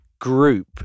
group